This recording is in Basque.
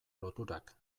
loturak